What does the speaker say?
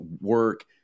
work